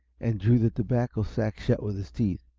and drew the tobacco sack shut with his teeth.